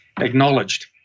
acknowledged